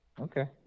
Okay